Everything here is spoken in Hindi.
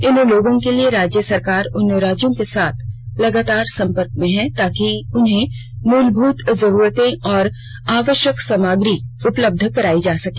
इन लोगों के लिए राज्य सरकार उन राज्यों के साथ लगातार संपर्क में हैं ताकि उन्हें मूलभूत जरूरतें और आवष्यक सामग्री उपलब्ध कराई जा सके